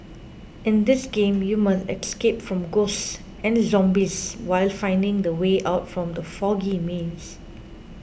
in this game you must escape from ghosts and zombies while finding the way out from the foggy maze